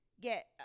get